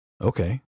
Okay